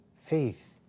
faith